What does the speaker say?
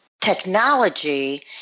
Technology